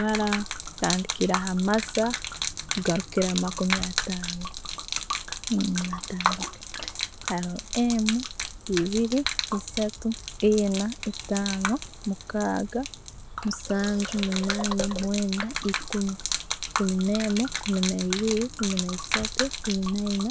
Mara ntandikira ha masa, ngarukira hamakumi ataano. Haro emu, ebiri, esatu, eina, etano, mukaga, musanju, munana mwenda ekumi, ekumi ne'mu, ekumi ne'biri ekumi naisatu, ekumi naina,